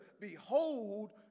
behold